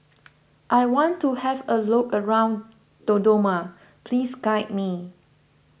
I want to have a look around Dodoma please guide me